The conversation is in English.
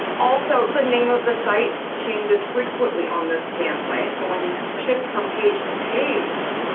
also, the name of the site changes frequently on the scam sites, so when you shift from page to page,